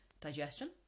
digestion